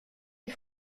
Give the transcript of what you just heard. ils